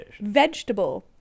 vegetable